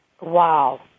Wow